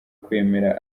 kwemera